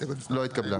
ההסתייגות לא התקבלה.